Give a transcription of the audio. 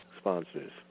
sponsors